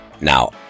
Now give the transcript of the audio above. now